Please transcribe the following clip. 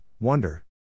Wonder